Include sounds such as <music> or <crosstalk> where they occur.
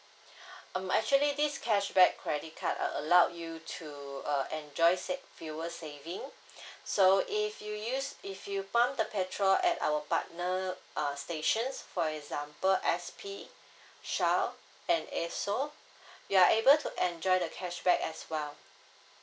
<breath> um actually this cashback credit card uh allowed you to uh enjoy sa~ fewer saving <breath> so if you use if you pump the petrol at our partner err stations for example S_P Shell and Esso <breath> you're able to enjoy the cashback as well